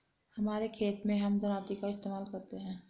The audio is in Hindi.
हमारे खेत मैं हम दरांती का इस्तेमाल करते हैं